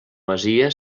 masia